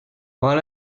one